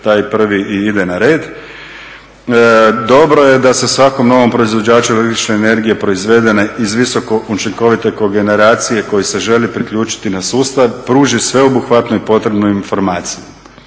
taj prvi i ide na red. Dobro je da se svakom novom proizvođaču električne energije proizvedene iz visoko učinkovite kogeneracije koji se želi priključiti na sustav pruži sveobuhvatne i potrebne informacije.